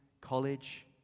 college